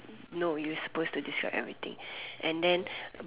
no you supposed to describe everything and then